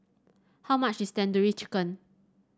how much is Tandoori Chicken